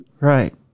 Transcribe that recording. right